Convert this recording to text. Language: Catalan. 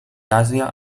àsia